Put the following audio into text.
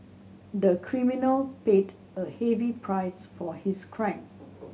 the criminal paid a heavy price for his crime